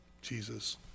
Jesus